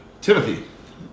Timothy